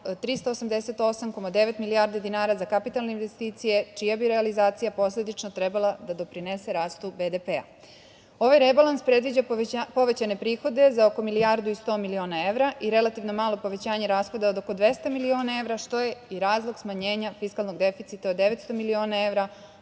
388,9 milijardi dinara za kapitalne investicije, čija bi realizacija posledično trebala da doprinese rastu BDP.Ovaj rebalans predviđa povećane prihode za oko milijardu i 100 miliona evra i relativno malo povećanje rashoda od oko 200 miliona evra, što je i razlog smanjenja fiskalnog deficita od 900 miliona evra,